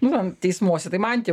nu teismuose tai mantiją